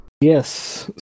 Yes